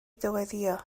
dyweddïo